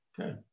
okay